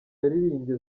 yaririmbye